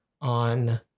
on